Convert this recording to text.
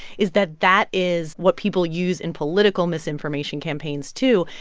is that that is what people use in political misinformation campaigns, too.